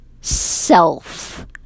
self